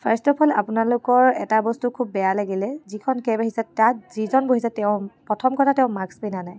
first of all আপোনালোকৰ এটা বস্তু খুব বেয়া লাগিলে যিখন কেব আহিছে তাত যিজন বহিছে তেওঁ প্ৰথম কথা তেওঁ মাস্ক পিন্ধা নাই